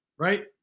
Right